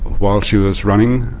while she was running,